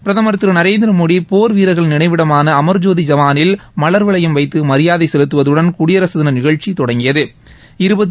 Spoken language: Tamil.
பிரதமர் திரு நரேந்திர மோடி போர் வீரர்கள் நினைவிடமான அமர்ஜோதி ஜவானில் மலர் வளையம் வைத்து மரியாதை செலுத்துவதுடன் குடியரசு தின நிகழ்ச்சி தொடங்கியது